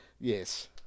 yes